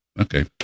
Okay